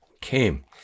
came